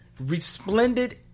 Resplendent